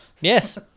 Yes